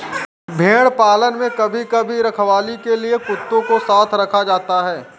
भेड़ पालन में कभी कभी रखवाली के लिए कुत्तों को साथ रखा जाता है